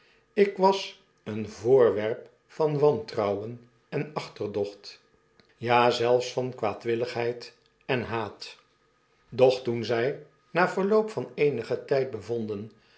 ik was een voorwerp van wantrouwen en achterdocht ja zelfs van kwaadwilligheid en haat doch toen zy na verloop van eenigen tijd bevonden